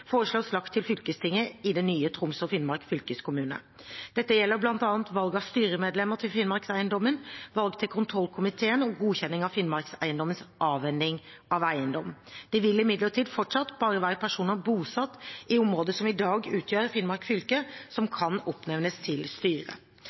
foreslås lagt til fylkestinget i den nye Troms og Finnmark fylkeskommune. Dette gjelder bl.a. valg av styremedlemmer til Finnmarkseiendommen, valg til kontrollkomiteen og godkjenning av Finnmarkseiendommens avhending av eiendom. Det vil imidlertid fortsatt bare være personer bosatt i området som i dag utgjør Finnmark fylke, som